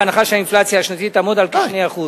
בהנחה שהאינפלציה השנתית תעמוד על כ-2%.